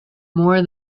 more